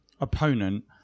opponent